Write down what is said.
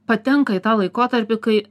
patenka į tą laikotarpį kai